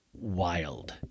wild